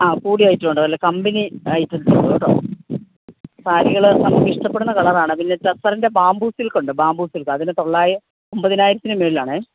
ആ കൂടിയ ഐറ്റമുണ്ട് അത് പോലെ കമ്പനി ഐറ്റം സാരികള് ഇഷ്ടപ്പെടുന്ന കളറാണ് പിന്നെ ടെസറിൻ്റെ ബാമ്പൂ സിൽക്ക് ഉണ്ട് ബാമ്പൂ സിൽക്ക് അതിന് തൊള്ളായി ഒമ്പതിനായിരത്തിന് മേളിലാണെ